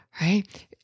right